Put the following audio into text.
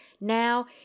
Now